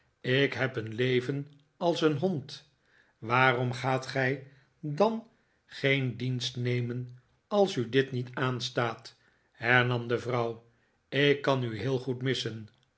ik heb een leven als een hond waarom gaat gij dan geen dienst nemen als u dit niet aanstaat hernam de vrouw ik kan u heel goed missen